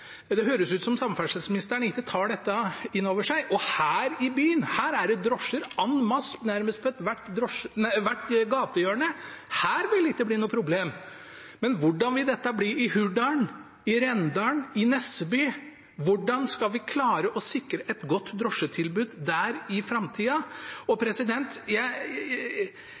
Det høres ut som om samferdselsministeren ikke tar dette inn over seg. Her i byen er det drosjer en masse, nærmest på ethvert gatehjørne, her vil det ikke bli noe problem. Men hvordan vil dette bli i Hurdal, i Rendalen, i Nesseby – hvordan skal vi klare å sikre et godt drosjetilbud der i framtida? Jeg er forundret over at Kristelig Folkeparti er med på dette, og jeg